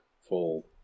full